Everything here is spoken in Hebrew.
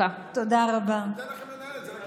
ואולי אתה שומע דברים שחוזרים על עצמם,